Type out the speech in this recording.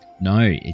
No